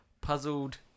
Puzzled